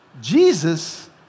Jesus